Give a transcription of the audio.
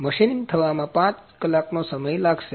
તેથી મશીનિંગ થવામાં 5 કલાકનો સમય લાગશે